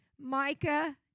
Micah